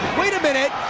wait a minute!